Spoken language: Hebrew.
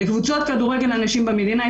לקבוצות כדורגל לנשים במדינה,